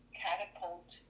catapult